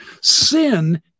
Sin